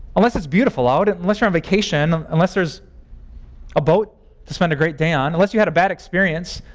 unless it's beautiful out. and unless you're on vacation. unless there's a boat to spend a great day on. unless you had a bad experience.